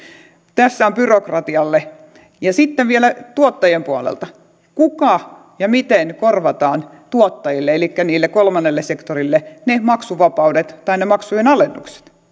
tässä on byrokratiaa ja sitten vielä tuottajien puolelta kuka korvaa ja miten korvataan tuottajille elikkä sille kolmannelle sektorille ne maksuvapaudet tai ne maksujen alennukset